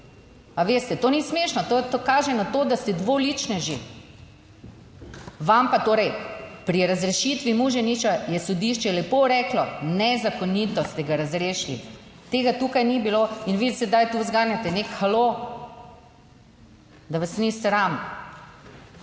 A veste, to ni smešno, to kaže na to, da ste dvoličneži. Vam pa torej pri razrešitvi Muženiča je sodišče lepo reklo, nezakonito ste ga razrešili, tega tukaj ni bilo in vi sedaj tu zganjate neki halo. Da vas ni sram.